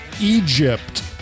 Egypt